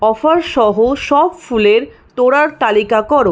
offer সহ সব ফুলের তোড়ার তালিকা করো